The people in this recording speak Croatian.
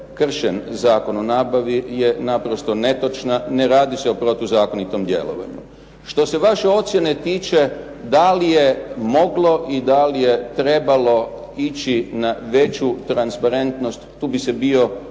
kršen Zakon o nabavi je naprosto netočna, ne radi se o protuzakonitom djelovanju. Što se vaše ocjene tiče da li je moglo i da li je trebalo ići na veću transparentnost tu bih se bio